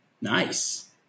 Nice